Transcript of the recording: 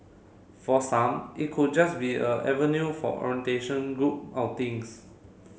for some it could just be a avenue for orientation group outings